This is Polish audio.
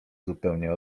zupełnie